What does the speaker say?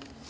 Da